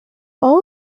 all